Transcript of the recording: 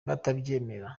batabyemera